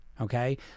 Okay